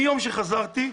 מיום שחזרתי,